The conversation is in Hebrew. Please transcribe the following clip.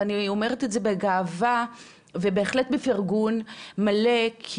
ואני אומרת את זה בגאווה ובהחלט בפירגון מלא.